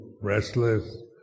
restless